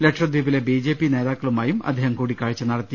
ലക്ഷദ്വീപിലെ B J P നേതാക്കളുമായും അദ്ദേഹം കൂടിക്കാഴ്ച നടത്തി